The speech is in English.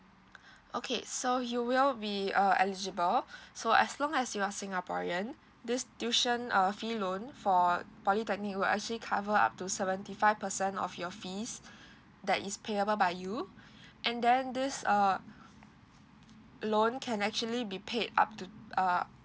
okay so you will be err eligible so as long as you're singaporean this tuition uh fee loan for polytechnic will actually cover up to seventy five percent of your fees that is payable by you and then this uh loan can actually be paid up to uh